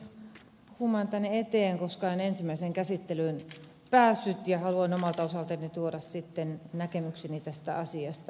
tulin puhumaan tänne eteen koska en ensimmäiseen käsittelyyn päässyt ja haluan omalta osaltani tuoda näkemykseni tästä asiasta vähän pitemmälti